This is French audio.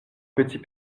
petit